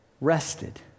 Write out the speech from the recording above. rested